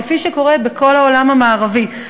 כפי שקורה בכל העולם המערבי.